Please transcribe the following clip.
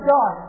God